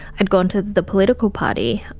i had gone to the political party,